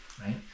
Right